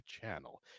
channel